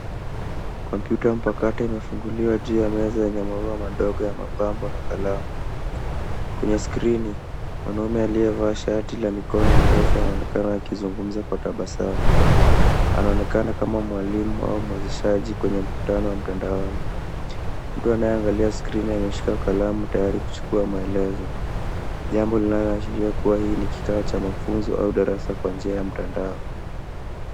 Kompyuta mpakato imefunguliwa juu ya meza yenye maua madogo ya mapambo na kalamu. Kwenye skrini, mwanaume aliyevaa shati la mikono mirefu anaonekana akizungumza kwa kutabasamu. Anaonekana kama mwalimu au mwezeshaji kwenye mkutano mtandaoni. Mtu anayeangalia skrini ameshika kalamu tayari kuchukua maelezo jambo linaloashiria kuwa hii ni kikao cha mafunzo au darasa kwa njia ya mtandao.